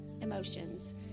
emotions